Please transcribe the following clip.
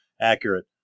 accurate